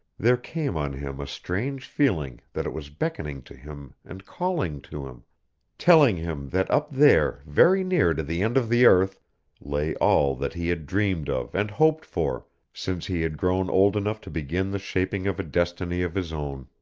there came on him a strange feeling that it was beckoning to him and calling to him telling him that up there very near to the end of the earth lay all that he had dreamed of and hoped for since he had grown old enough to begin the shaping of a destiny of his own.